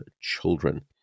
children